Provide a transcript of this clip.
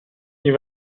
این